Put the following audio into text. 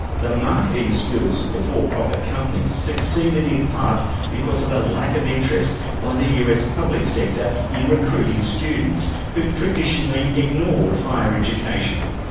the marketing skills of the for-profit companies succeeded in part because of a lack of interest by the us public sector in recruiting students who had traditionally ignored higher education.